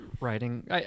writing